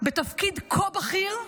בתפקיד כה בכיר,